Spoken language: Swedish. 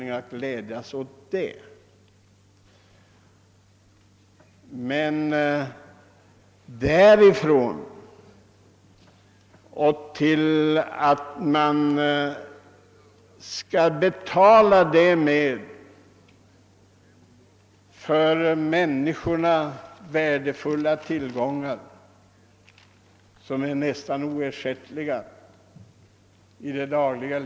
Men det är inte detsamma som att jag vill betala den utvecklingen med för medborgarna i det dagliga livet nära nog oersättliga tillgångar.